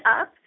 up